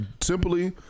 simply